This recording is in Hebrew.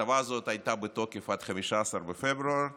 ההטבה הזאת הייתה בתוקף עד 15 בפברואר ופגה.